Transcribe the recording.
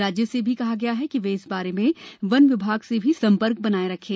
राज्यों से यह भी कहा गया है कि वे इस बारे में वन विभाग से भी सम्पर्क स्थापित करें